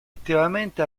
attivamente